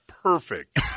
Perfect